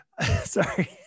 sorry